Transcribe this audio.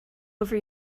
over